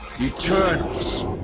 Eternals